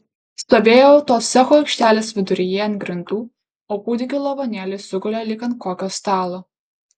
stovėjau to cecho aikštelės viduryje ant grindų o kūdikių lavonėliai sugulė lyg ant kokio stalo